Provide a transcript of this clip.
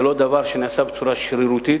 זה לא דבר שנעשה בצורה שרירותית,